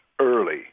early